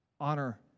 Honor